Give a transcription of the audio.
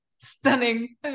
stunning